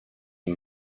and